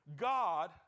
God